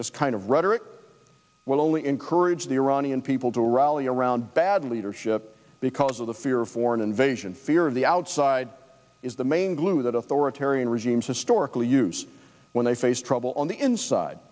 this kind of rhetoric will only encourage the iranian people to rally around bad leadership because of the fear of foreign invasion fear of the outside is the main glue that authoritarian regimes historically use when they face trouble on the inside